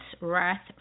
wrath